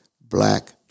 Black